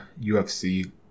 UFC